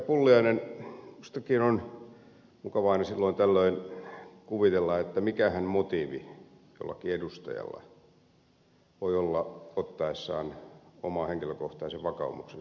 pulliainen minustakin on mukava aina silloin tällöin kuvitella mikähän motiivi jollakin edustajalla voi olla ottaessaan oman henkilökohtaisen vakaumuksensa mukaista kantaa